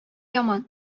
яман